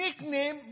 nickname